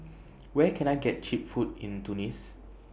Where Can I get Cheap Food in Tunis